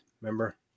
remember